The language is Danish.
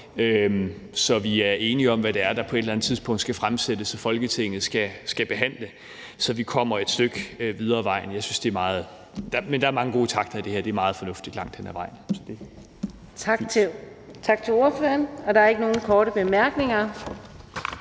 så vi er enige om, hvad det er, der på et eller andet tidspunkt skal fremsættes og Folketinget skal behandle, så vi kommer at stykke videre ad vejen. Men der er mange gode takter i det her. Det er meget fornuftigt langt hen ad vejen, så det er fint. Kl. 17:50 Fjerde